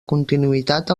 continuïtat